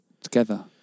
together